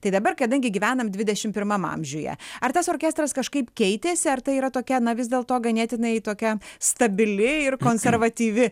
tai dabar kadangi gyvenam dvidešimt pirmam amžiuje ar tas orkestras kažkaip keitėsi ar tai yra tokia na vis dėl to ganėtinai tokia stabili ir konservatyvi